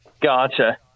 Gotcha